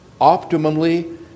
optimally